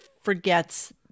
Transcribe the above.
forgets